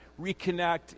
reconnect